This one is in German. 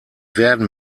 werden